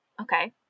Okay